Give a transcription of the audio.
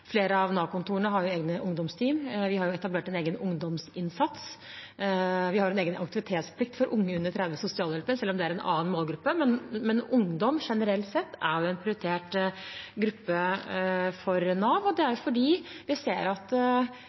har etablert egen ungdomsinnsats. Vi har en egen aktivitetsplikt for unge under 30 år i sosialhjelpen, selv om det er en annen målguppe. Men ungdom er generelt sett en prioritert gruppe for Nav. Det er fordi vi ser hvor viktig det er å forebygge at